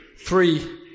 Three